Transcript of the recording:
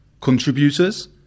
contributors